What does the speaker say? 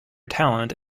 talent